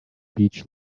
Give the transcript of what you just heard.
beach